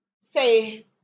say